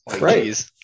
Right